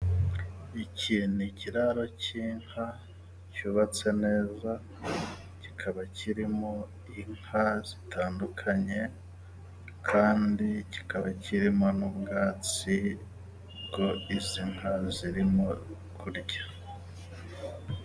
Iki ni ikiraro cy'inka cyubatse neza kikaba kirimo inka zitandukanye, kandi kikaba kirimo n'ubwatsi bw' izi nka zirimo kurya.